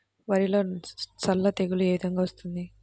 వరిలో సల్ల తెగులు ఏ విధంగా వస్తుంది?